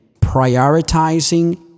Prioritizing